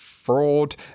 fraud